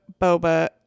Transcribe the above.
boba